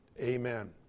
amen